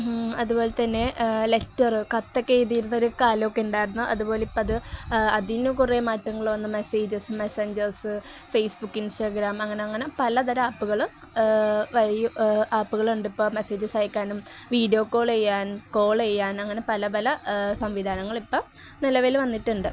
അതുപോലെ തന്നെ ലെറ്റര് കത്തൊക്കെ എഴുതിയിരുന്നൊരു കാലമൊക്കെ ഉണ്ടായിരുന്നു അതുപോലെ ഇപ്പോള് അത് അതിനു കുറേ മാറ്റങ്ങള് വന്ന് മെസ്സേജസ് മെസ്സഞ്ചേഴ്സ് ഫേസ്ബുക്ക് ഇൻസ്റ്റാഗ്രാം അങ്ങനെ അങ്ങനെ പലതരം ആപ്പുകള് ആപ്പുകളുണ്ട് ഇപ്പോള് മെസ്സേജസ് അയക്കാനും വീഡിയോ കോള് ചെയ്യാൻ കോളെയ്യാൻ അങ്ങനെ പല പല സംവിധാനങ്ങള് ഇപ്പോള് നിലവില് വന്നിട്ടുണ്ട്